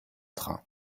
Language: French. train